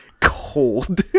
cold